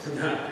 תודה.